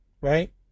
right